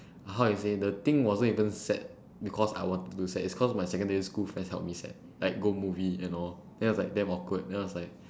how I say the thing wasn't even set because I wanted to set it's cause my secondary school friends help me set like go movie and all then I was like damn awkward then I was like